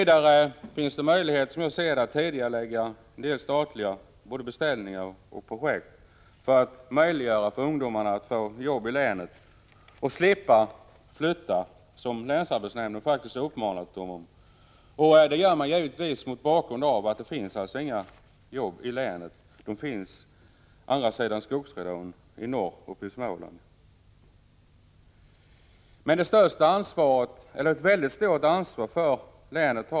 Det finns vidare möjlighet att tidigarelägga en del statliga beställningar och projekt för att ungdomarna skall ha möjlighet att få jobb i länet och slippa flytta, som länsarbetsnämnden faktiskt har uppmanat dem att göra — givetvis mot bakgrund av att det inte finns några jobb i länet. Jobben finns på andra sidan skogsridån i norr, uppe i Småland.